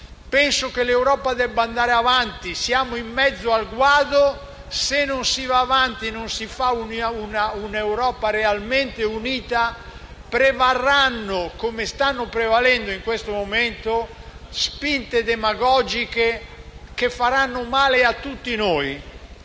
Penso che l'Europa debba andare avanti: siamo in mezzo al guado e se non si va avanti e non si realizza una Europa realmente unita prevarranno, come stanno prevalendo in questo momento, spinte demagogiche che faranno male a tutti noi.